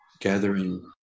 gathering